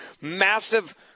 massive